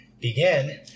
begin